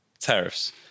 tariffs